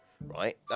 right